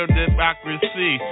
democracy